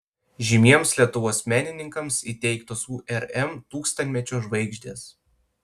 žymiems lietuvos menininkams įteiktos urm tūkstantmečio žvaigždės